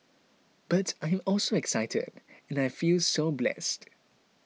but I am also excited and I feel so blessed